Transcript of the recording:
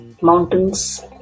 mountains